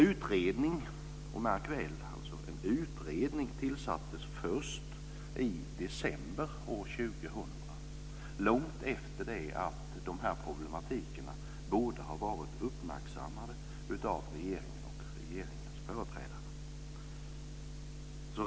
Märk väl att en utredning tillsattes först i december år 2000, långt efter det att dessa problem borde ha varit uppmärksammade av regeringens företrädare.